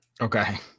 Okay